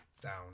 down